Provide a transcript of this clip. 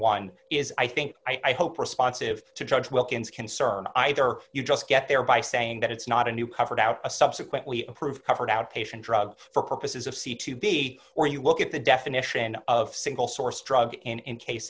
one is i think i hope responsive to judge wilkins concern either you just get there by saying that it's not a new covered out a subsequently approved covered outpatient drug for purposes of c to be or you look at the definition of single source drug in case